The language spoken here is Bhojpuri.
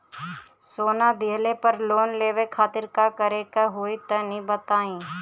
सोना दिहले पर लोन लेवे खातिर का करे क होई तनि बताई?